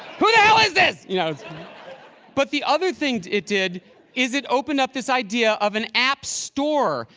who the hell is this? you know but the other thing it did is it opened up this idea of an app store.